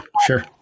sure